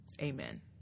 Amen